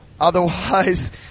Otherwise